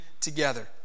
together